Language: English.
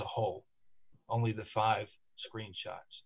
a whole only the five screenshots